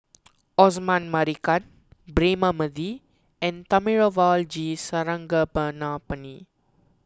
Osman Merican Braema Mathi and Thamizhavel G